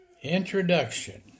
Introduction